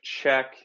check